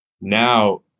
Now